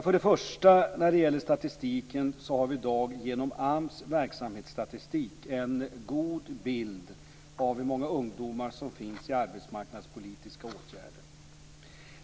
För det första: När det gäller statistiken har vi i dag genom AMS verksamhetsstatistik en god bild av hur många ungdomar som finns i arbetsmarknadspolitiska åtgärder.